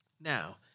Now